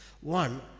One